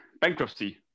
bankruptcy